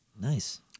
Nice